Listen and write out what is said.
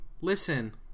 listen